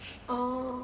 orh